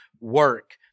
work